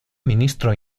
ministro